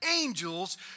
angels